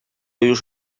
już